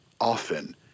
often